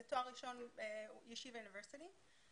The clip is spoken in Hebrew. זה תואר ראשון בישיבה יוניברסיטי.